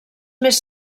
més